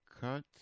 cut